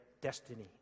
destiny